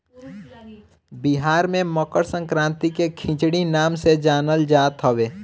बिहार में मकरसंक्रांति के खिचड़ी नाम से जानल जात हवे